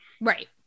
Right